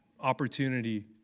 opportunity